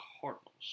Cardinals